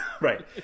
Right